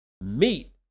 Meat